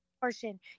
portion